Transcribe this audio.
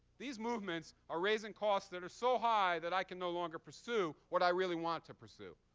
these movements are raising costs that are so high that i can no longer pursue what i really want to pursue.